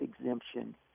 exemption